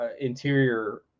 interior